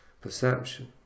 perception